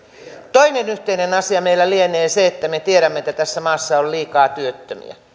toinen yhteinen asia meillä lienee se että me tiedämme että tässä maassa on liikaa työttömiä